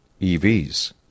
EVs